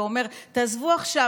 ואומר: תעזבו עכשיו,